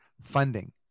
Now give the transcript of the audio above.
funding